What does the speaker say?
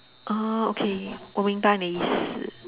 ah okay 我明白你意思